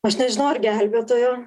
aš nežinau ar gelbėtojo